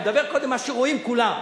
אני מדבר קודם על מה שרואים כולם,